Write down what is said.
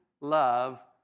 love